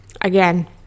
again